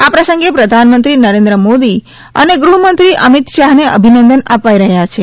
આ અંગે પ્રધાનમંત્રી નરેન્દ્ર મોદી અને ગુફમંત્રી અમિત શાહને અભિનંદન અપાઇ રહ્યા છે